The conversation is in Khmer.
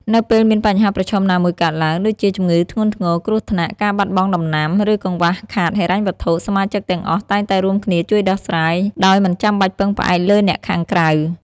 នៅពេលមានបញ្ហាប្រឈមណាមួយកើតឡើង ដូចជាជំងឺធ្ងន់ធ្ងរ គ្រោះថ្នាក់ ការបាត់បង់ដំណាំ ឬកង្វះខាតហិរញ្ញវត្ថុ សមាជិកទាំងអស់តែងតែរួមគ្នាជួយដោះស្រាយ ដោយមិនបាច់ពឹងផ្អែកលើអ្នកខាងក្រៅ។